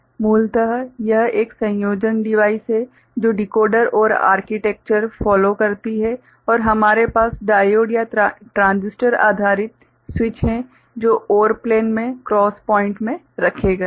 मूलतः यह एक संयोजन डिवाइस है जो डिकोडर OR आर्किटेक्चर फॉलो करती है और हमारे पास डायोड या ट्रांजिस्टर आधारित स्विच है जो OR प्लेन में क्रॉस पॉइंट्स में रखे गए हैं